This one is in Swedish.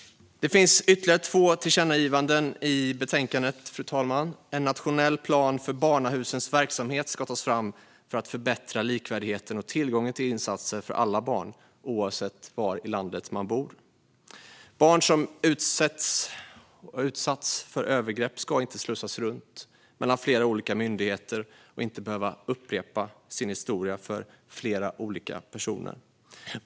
Det finns ytterligare två tillkännagivanden i betänkandet. En nationell plan för barnahusens verksamhet ska tas fram för att förbättra likvärdigheten och tillgången till insatser för alla barn oavsett var i landet de bor. Barn som har utsatts för övergrepp ska inte slussas runt mellan flera olika myndigheter och inte behöva upprepa sin historia för flera olika personer.